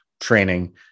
training